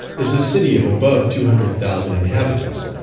is a city of above two hundred thousand inhabitants,